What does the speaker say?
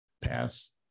pass